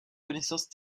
connaissances